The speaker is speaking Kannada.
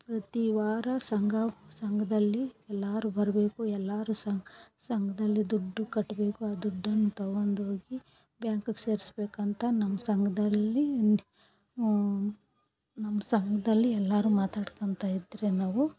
ಪ್ರತಿ ವಾರ ಸಂಘ ಸಂಘದಲ್ಲಿ ಎಲ್ಲರು ಬರಬೇಕು ಎಲ್ಲರು ಸನ್ ಸಂಘದಲ್ಲಿ ದುಡ್ಡು ಕಟ್ಟಬೇಕು ಆ ದುಡ್ಡನ್ನು ತಗಂಡೋಗಿ ಬ್ಯಾಂಕಗೆ ಸೇರಿಸ್ಬೇಕಂತ ನಮ್ಮ ಸಂಘದಲ್ಲಿ ನಮ್ಮ ಸಂಘದಲ್ಲಿ ಎಲ್ಲರು ಮಾತಾಡ್ಕೊತ ಇದ್ರಿ ನಾವು